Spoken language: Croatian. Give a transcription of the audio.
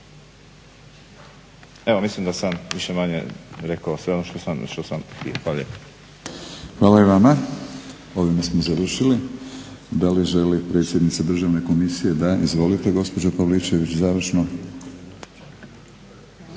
Evo mislim da sam više-manje rekao sve ono što sam htio. Hvala lijepo. **Batinić, Milorad (HNS)** Hvala i vama. Ovime smo završili. Da li želi predsjednica Državne komisije? Da. Izvolite gospođo Pavličević završno.